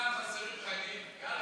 במרחשוון חסרים חגים.